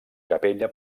capella